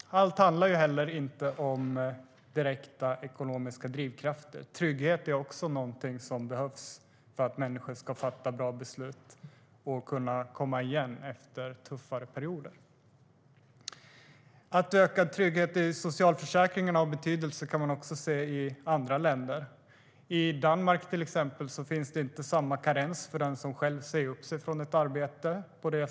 Allt handlar dock inte om direkta ekonomiska drivkrafter. Trygghet är också någonting som behövs för att människor ska fatta bra beslut och kunna komma igen efter tuffare perioder. Att en ökad trygghet i socialförsäkringen har betydelse kan man också se i andra länder. I till exempel Danmark finns inte samma karens som i Sverige för den som själv säger upp sig från ett arbete.